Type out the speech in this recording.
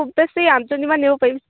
খুব বেছি আঠজনীমান নিব পাৰি